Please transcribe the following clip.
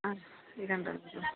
ആ three hundred പറ്റുമോ